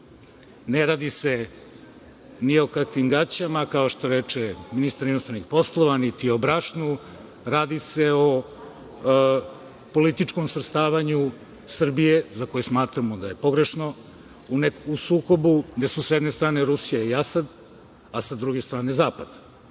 Ne radi se ni o kakvim gaćama, kao što reče ministar inostranih poslova, niti o brašnu, radi se o političkom svrstavanju Srbije, za koju smatramo da je pogrešno, u sukobu gde su sa jedne strane Rusija i Asad, a sa druge strane Zapad. Mislim